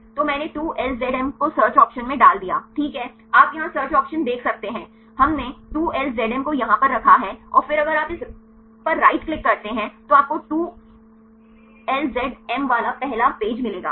तो मैंने 2LZM को सर्च ऑप्शन में डाल दिया ठीक है आप यहां सर्च ऑप्शन देख सकते हैं हमने 2LZM को यहां पर रखा है और फिर अगर आप इस राइट पर क्लिक करते हैं तो आपको 2LZM वाला पहला पेज मिलेगा